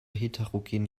heterogenen